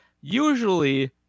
Usually